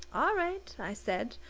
all right, i said.